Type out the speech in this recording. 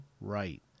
right